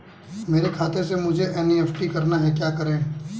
मेरे खाते से मुझे एन.ई.एफ.टी करना है क्या करें?